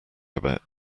about